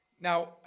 Now